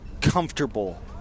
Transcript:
comfortable